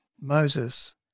Moses